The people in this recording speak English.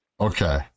Okay